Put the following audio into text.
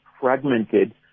fragmented